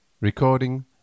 Recording